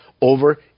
over